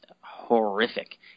horrific